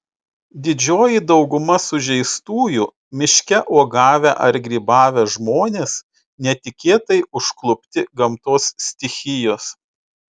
didžioji dauguma sužeistųjų miške uogavę ar grybavę žmonės netikėtai užklupti gamtos stichijos